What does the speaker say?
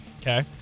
Okay